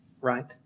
right